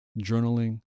journaling